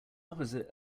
opposite